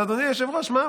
אבל אדוני היושב-ראש, מה?